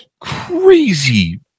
crazy